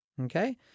okay